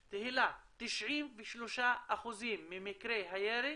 תהלה, 93% ממקרי הירי